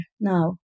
now